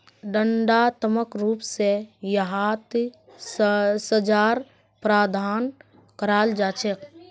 दण्डात्मक रूप स यहात सज़ार प्रावधान कराल जा छेक